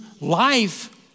life